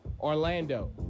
Orlando